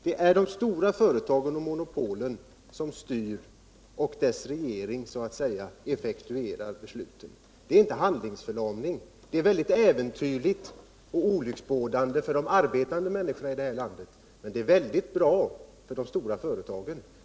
Det är de stora företagen och monopolen som styr, och regeringen så att säga effektuerar besluten. Det är inte handlingsförlamning. Det är väldigt olycksbådande för de arbetande människorna i det här landet, men det är väldigt bra för de stora företagen.